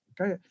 okay